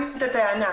השאלה.